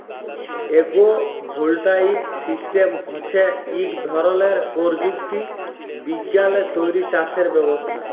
agro voltaic system হছে ইক ধরলের পরযুক্তি বিজ্ঞালে তৈরি চাষের ব্যবস্থা